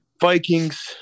Vikings